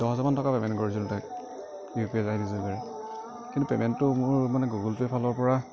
দহ হাজাৰমান টকা পে'মেণ্ট কৰিছিলো তাক ইউ পি আই আইডিৰ যোগেৰে কিন্তু পে'মেণ্টটো মোৰ মানে গুগুল পে'ৰ ফালৰ পৰা